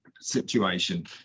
situation